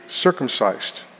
circumcised